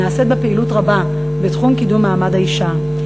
ונעשית בה פעילות רבה בתחום קידום מעמד האישה,